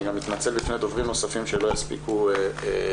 אני גם מתנצל בפני דוברים נוספים שלא יספיקו לדבר.